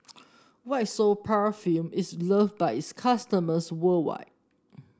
White Soft Paraffin is loved by its customers worldwide